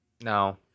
No